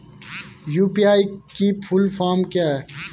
UPI की full form क्या है?